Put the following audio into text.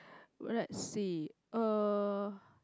well let's see uh